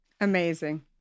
Amazing